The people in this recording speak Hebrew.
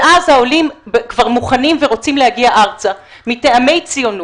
ואז העולים כבר מוכנים ורוצים להגיע ארצה מטעמי ציונות,